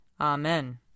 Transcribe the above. Amen